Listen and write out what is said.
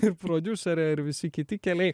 ir prodiusere ir visi kiti keliai